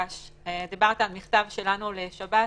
דיברת על מכתב שלנו לשב"ס.